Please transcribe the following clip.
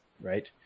right